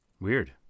Weird